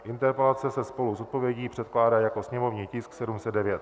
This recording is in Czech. Interpelace se spolu s odpovědí předkládá jako sněmovní tisk 709.